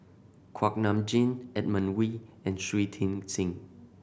Kuak Nam Jin Edmund Wee and Shui Tit Sing